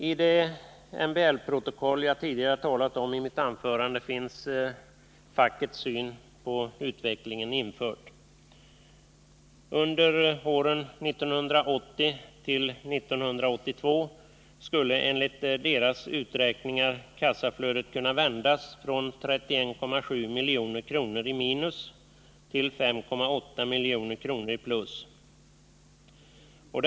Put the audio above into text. I det MBL-protokoll jag tidigare talat om i mitt anförande finns fackets syn på utvecklingen införd. Under åren 1980 till 1982 skulle enligt dess uträkningar kassaflödet kunna vändas från 31,7 milj.kr. i minus till 5,6 milj. Nr 54 kr. i plus.